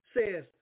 says